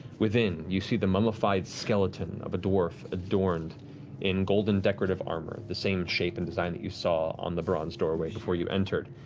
within, you see the mummified skeleton of a dwarf adorned in golden decorative armor, the same shape and design that you saw on the bronze doorway before you entered.